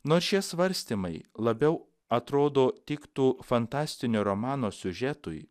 nors šie svarstymai labiau atrodo tiktų fantastinio romano siužetui